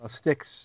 Sticks